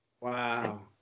Wow